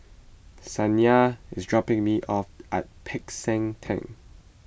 Shaniya is dropping me off at Peck San theng